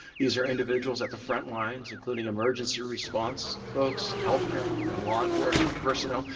these are individuals at the front like including emergency response folks, healthcare, and law enforcement personnel,